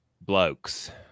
blokes